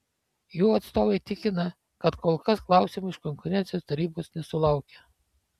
jų atstovai tikina kad kol kas klausimų iš konkurencijos tarybos nesulaukė